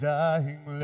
Dying